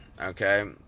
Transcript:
okay